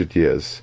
years